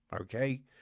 okay